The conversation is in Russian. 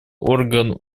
орган